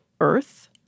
earth